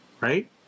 right